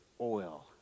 oil